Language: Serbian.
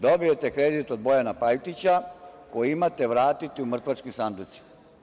Dobijete kredit od Bojana Pajtića koji imate vratite u mrtvačkim sanducima.